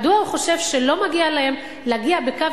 מדוע הוא חושב שלא מגיע להם להגיע בקו